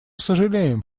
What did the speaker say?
сожалеем